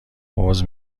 عذر